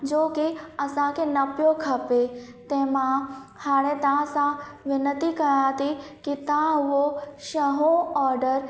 जोकी असांखे न पियो खपे ते मां हाणे तव्हां सां वेनिती कयां थी की तव्हां उहो शहो ऑडर